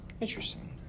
Interesting